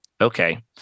okay